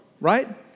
right